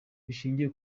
bishingiye